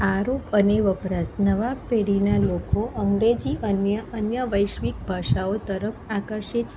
આરોપ અને વપરાશ નવાં પેઢીનાં લોકો અંગ્રેજી અન્ય અન્ય વૈશ્વિક ભાષા તરફ આકર્ષિત